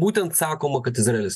būtent sakoma kad izraelis